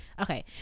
okay